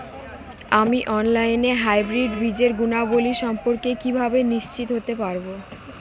আমি অনলাইনে হাইব্রিড বীজের গুণাবলী সম্পর্কে কিভাবে নিশ্চিত হতে পারব?